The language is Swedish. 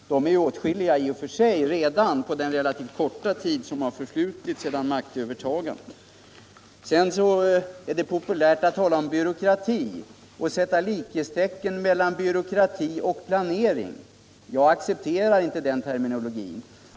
De är ju i och för sig åtskilliga redan på den relativt korta tid som har förflutit sedan maktövertagandet. Sedan är det populärt att tala om byråkrati och sätta likhetstecken mellan byråkrati och planering. Jag accepterar inte den terminologin.